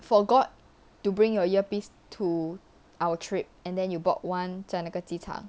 forgot to bring your earpiece to our trip and then you bought one 在那个机场